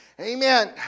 amen